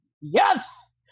Yes